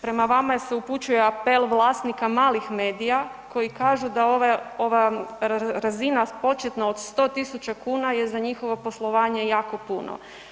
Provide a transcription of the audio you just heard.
Prema vama se upućuje apel vlasnika malih medija koji kažu da ova razina početna od 100.000 kuna je za njihovo poslovanje jako puno.